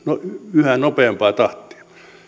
yhä nopeampaa tahtia